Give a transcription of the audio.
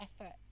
effort